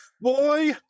Boy